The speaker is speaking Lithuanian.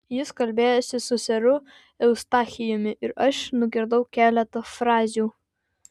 jis kalbėjosi su seru eustachijumi ir aš nugirdau keletą frazių